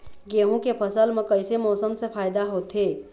गेहूं के फसल म कइसे मौसम से फायदा होथे?